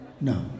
No